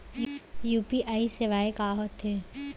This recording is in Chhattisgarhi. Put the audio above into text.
यू.पी.आई सेवाएं का होथे?